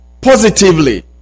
Positively